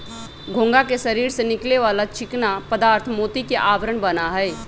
घोंघा के शरीर से निकले वाला चिकना पदार्थ मोती के आवरण बना हई